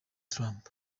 trump